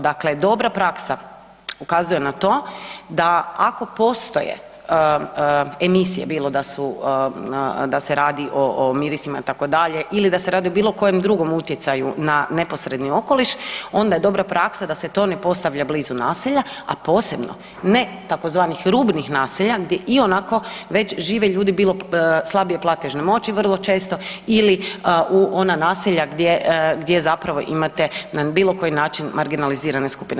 Dakle dobra praksa ukazuje na to da ako postoje emisije, bilo da su, da se radi o mirisima, itd. ili da se radi o bilo kojem drugom utjecaju na neposredni okoliš, onda je dobra praksa da se to ne postavlja blizu naselja, a posebno ne, tzv. rubnih naselja gdje ionako već žive ljudi bilo slabije platežne moći vrlo često ili u ona naselja gdje zapravo imate na bilo koji način marginalizirane skupine.